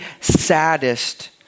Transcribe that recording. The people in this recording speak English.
saddest